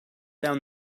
down